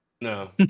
No